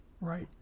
Right